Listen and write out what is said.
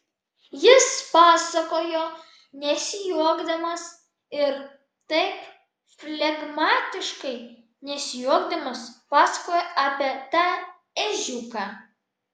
jis pasakojo nesijuokdamas ir taip flegmatiškai nesijuokdamas pasakojo apie tą ežiuką